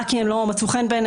רק כי הן לא מצאו חן בעיניהן,